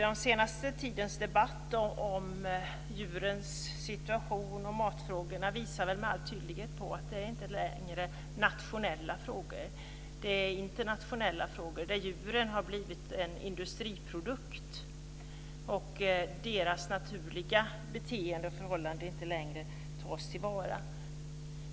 Den senaste tidens debatt om djurens situation och matfrågorna visar väl med all tydlighet att det inte längre är nationella frågor. Det är internationella frågor. Djuren har blivit en industriprodukt, och det tas inte längre hänsyn till deras naturliga beteenden och förhållanden.